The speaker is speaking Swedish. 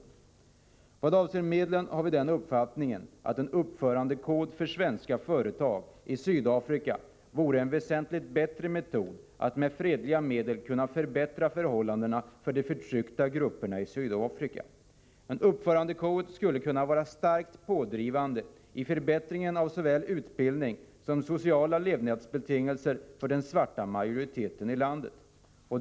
I vad avser medlen har vi den uppfattningen att en uppförandekod för svenska företag i Sydafrika vore en väsentligt bättre metod att med fredliga medel förbättra förhållandena för de förtryckta grupperna i Sydafrika. En uppförandekod skulle kunna vara starkt pådrivande i förbättringen av såväl utbildning som sociala levnadsbetingelser för den svarta majoriteten i landet.